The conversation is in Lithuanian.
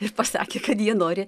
ir pasakė kad jie nori